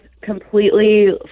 completely